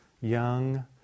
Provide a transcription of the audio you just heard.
young